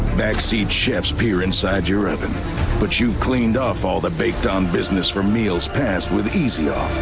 backseat shifts peer inside your oven but you cleaned off all the big down business for meals pass with easier.